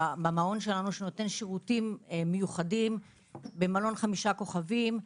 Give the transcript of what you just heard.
במעון שלנו שנותן שירותים מיוחדים במלון 5 כוכבים,